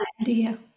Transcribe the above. idea